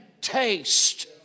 taste